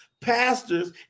pastors